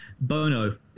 Bono